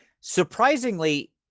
surprisingly